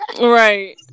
right